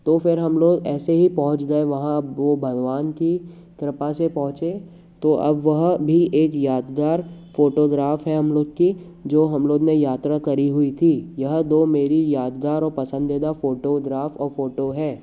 तो फिर हम लोग ऐसे ही पहुँच गए वहाँ वो भगवान की कृपा से पहुँचे तो अब वहाँ भी एक यादगार फोटोग्राफ है हम लोग की जो हम लोग ने यात्रा करी हुई थी यह दो मेरी यादगार और पसंदीदा फोटोग्राफ और फोटो है